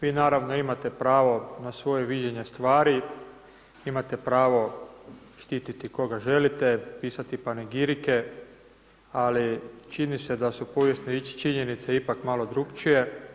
Vi naravno imate pravo na svoje viđenje stvari, imate pravo štititi koga želite pisati panegirike, ali čini se da su povijesne činjenice ipak malo drukčije.